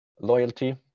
loyalty